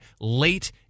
late